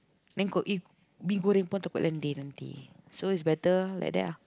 then got i~ mi goreng takut lendeh nanti so is better like that ah